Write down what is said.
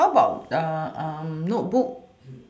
how about uh notebook